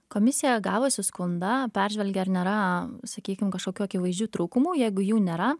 komisija gavusi skundą peržvelgia ar nėra sakykim kažkokių akivaizdžių trūkumų jeigu jų nėra